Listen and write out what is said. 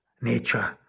nature